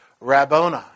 Rabboni